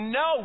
no